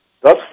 thus